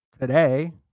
today